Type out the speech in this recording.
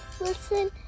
listen